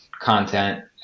content